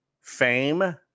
fame